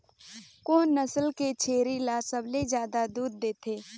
कोन नस्ल के छेरी ल सबले ज्यादा दूध देथे?